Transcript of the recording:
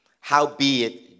Howbeit